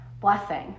blessing